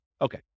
Okay